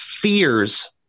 fears